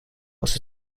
was